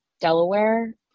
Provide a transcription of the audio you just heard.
Delaware